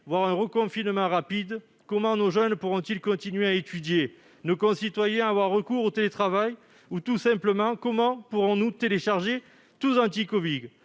voire d'un reconfinement rapide, comment nos jeunes pourront-ils continuer d'étudier et nos concitoyens avoir recours au télétravail ? Ou bien encore, comment pourrons-nous télécharger l'application